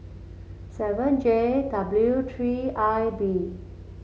seven J W three I B